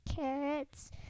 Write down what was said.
carrots